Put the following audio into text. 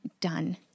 done